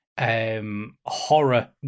horror